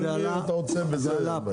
אבל אם אתה רוצה וזה, אין בעיה.